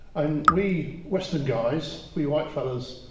and we western guys, we white fellas,